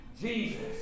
Jesus